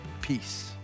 Peace